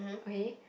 okay